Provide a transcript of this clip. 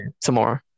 tomorrow